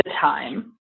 time